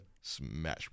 smash